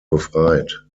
befreit